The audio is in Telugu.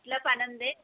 ఇంట్లో పని ఉంది